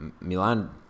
Milan